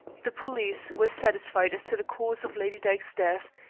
the police were satisfied as to the cause of lady dyke's death,